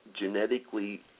genetically